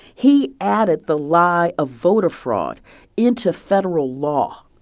he added the lie of voter fraud into federal law